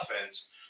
offense